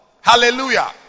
hallelujah